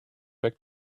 back